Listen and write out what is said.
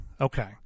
Okay